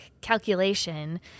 calculation